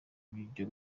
byo